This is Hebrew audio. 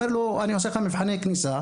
שמנהל אומר לתלמיד: ״אני עושה לך מבחני כניסה,